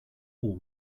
all